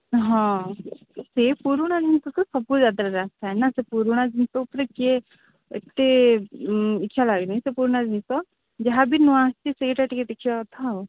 ହଁ ସେ ପୁରୁଣା ଜିନିଷ ତ ସବୁ ଯାତ୍ରାରେ ଆସିଥାଏ ନା ସେ ପୁରୁଣା ଜିନିଷ ଉପରେ କିଏ ଏତେ ଇଚ୍ଛା ଲାଗେନି ସେ ପୁରୁଣା ଜିନିଷ ଯାହାବି ନୂଆ ଆସିଛି ସେଇଟା ଟିକେ ଦେଖିବା କଥା ଆଉ